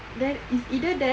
then it's either that